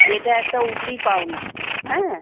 এটা একটা উপরি পাওনা হ্যাঁ